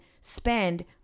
spend